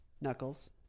Knuckles